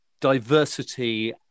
diversity